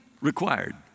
required